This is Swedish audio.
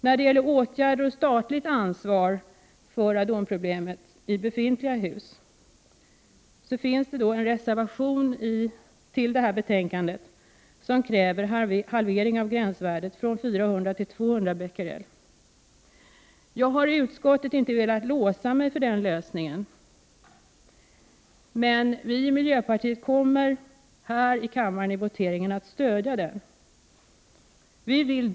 När det gäller åtgärder mot och statligt ansvar för radonproblemet i befintliga hus finns det en reservation till detta betänkande, där man kräver en halvering av gränsvärdet från 400 till 200 Bq/m?. Jag har i utskottet inte velat låsa mig för den lösningen, men vi i miljöpartiet kommer vid voteringen här i kammaren att stödja den reservationen.